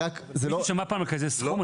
מישהו פעם שמע על כזה סכום?